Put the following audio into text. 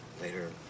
later